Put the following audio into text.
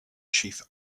chief